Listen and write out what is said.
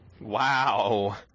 Wow